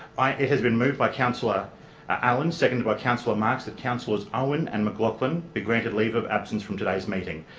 it has been moved by councillor allan, seconded by councillor marx that councillors owen and mclachlan be granted leave of absence from today's meeting.